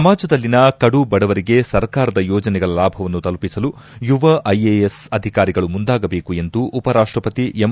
ಸಮಾಜದಲ್ಲಿನ ಕಡು ಬಡವರಿಗೆ ಸರ್ಕಾರದ ಯೋಜನೆಗಳ ಲಾಭವನ್ನು ತಲುಪಿಸಲು ಯುವ ಐಎಎಸ್ ಅಧಿಕಾರಿಗಳು ಮುಂದಾಗಬೇಕು ಎಂದು ಉಪರಾಷ್ಷಪತಿ ಎಂ